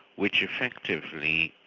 which effectively